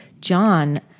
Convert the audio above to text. John